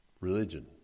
religion